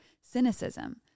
cynicism